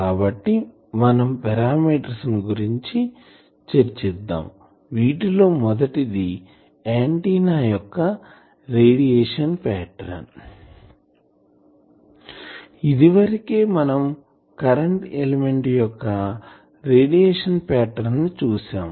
కాబట్టి మనం పారామీటర్స్ గురించి చర్చిద్దాం వీటిలో మొదటది ఆంటిన్నా యొక్క రేడియేషన్ పాటర్న్ ఇదివరకే మనం కరెంటు ఎలిమెంట్ యొక్క రేడియేషన్ పాటర్న్ ని చూసాం